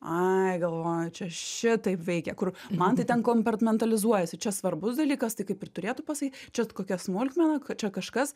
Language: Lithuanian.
ai galvoju čia šitaip veikia kur man tai ten kompertmentalizuojasi čia svarbus dalykas tai kaip ir turėtų pasakyt čia kokia smulkmena čia kažkas